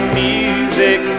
music